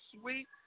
sweet